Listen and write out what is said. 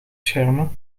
schermen